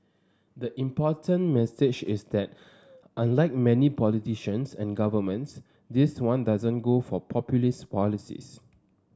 the important message is that unlike many politicians and governments this one doesn't go for populist policies